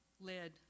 led